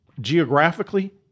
geographically